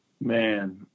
Man